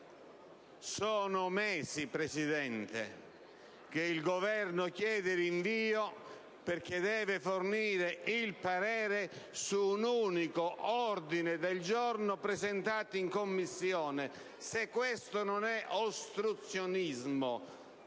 Sono mesi, signor Presidente, che il Governo chiede il rinvio perché deve fornire il parere su un unico ordine del giorno presentato in Commissione. Se questo non è ostruzionismo